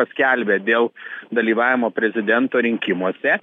paskelbę dėl dalyvavimo prezidento rinkimuose